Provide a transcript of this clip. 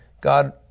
God